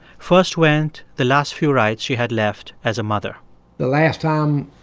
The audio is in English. first went the last few rights she had left as a mother the last ah um